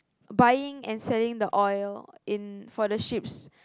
buying and selling the oil and for the ships